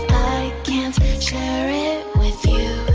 i can't share it with you.